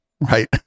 right